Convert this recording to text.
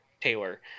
Taylor